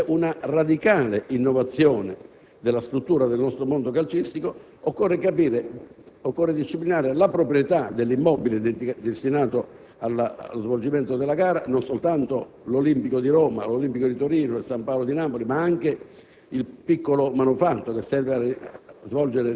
Ma per fare questa distinzione di fondo, che sarebbe una radicale innovazione nella struttura del nostro mondo calcistico, occorre disciplinare la proprietà dell'immobile destinato allo svolgimento della gara, non soltanto dell'Olimpico di Roma, dell'Olimpico di Torino o del San Paolo di Napoli, ma anche